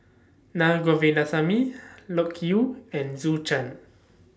Naa Govindasamy Loke Yew and Zhou Can